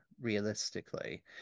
realistically